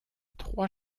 trois